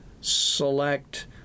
select